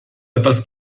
etwas